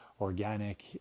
organic